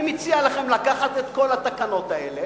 אני מציע לכם לקחת את כל התקנות האלה,